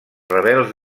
rebels